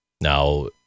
Now